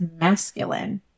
masculine